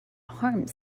harms